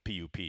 PUP